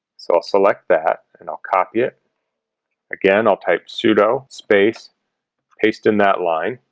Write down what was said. so i'll select that and i'll copy it again i'll type sudo space paste in that line